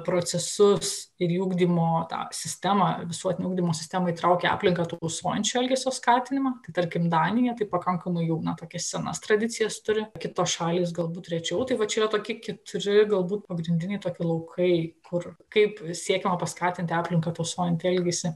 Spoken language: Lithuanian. procesus ir į ugdymo tą sistemą visuotinio ugdymo sistemą įtraukia aplinką tausojančio elgesio skatinimą tai tarkim danija taip pakankamai na tokias senas tradicijas turi kitos šalys galbūt rečiau tai va čia yra tokie keturi galbūt pagrindiniai tokie laukai kur kaip siekiama paskatinti aplinką tausojantį elgesį